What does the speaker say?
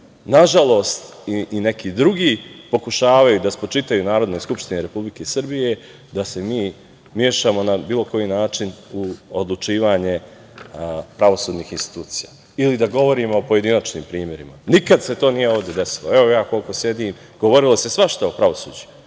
nažalost, i neki drugi, pokušavaju da spočitaju Narodnoj skupštini Republike Srbije, da se mi mešamo na bilo koji način u odlučivanje pravosudnih institucija ili da govorimo o pojedinačnim primerima. Nikad se to nije ovde desilo. Govorilo se svašta o pravosuđu,